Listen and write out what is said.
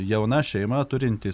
jauna šeima turinti